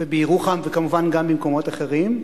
ובירוחם וכמובן גם במקומות אחרים.